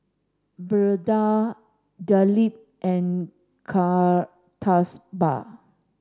Birbal Dilip and Kasturba